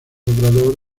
obrador